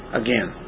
again